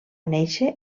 néixer